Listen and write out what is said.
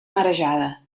marejada